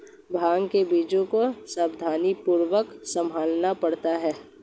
भांग के बीजों को सावधानीपूर्वक संभालना पड़ता है